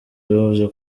bavuze